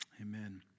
amen